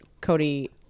Cody